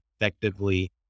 effectively